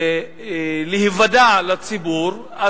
אחר להיוודע לציבור,